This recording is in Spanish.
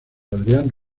adrián